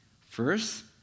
First